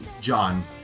John